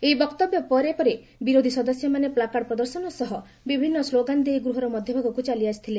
ଏହି ବକ୍ତବ୍ୟ ପରେ ପରେ ବିରୋଧି ସଦସ୍ୟମାନେ ପ୍ଲାକାର୍ଡ଼ ପ୍ରଦର୍ଶନ ସହ ବିଭିନ୍ନ ସ୍କୋଗାନ ଦେଇ ଗୃହର ମଧ୍ୟଭାଗକୁ ଚାଲିଆସିଥିଲେ